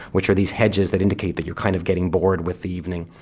which are these hedges that indicate that you're kind of getting bored with the evening.